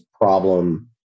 problem